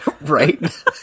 Right